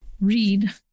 read